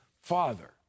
father